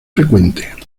frecuente